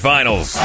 Finals